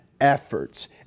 efforts